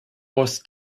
was